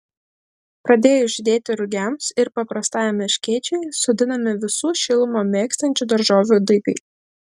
pradėjus žydėti rugiams ir paprastajam erškėčiui sodinami visų šilumą mėgstančių daržovių daigai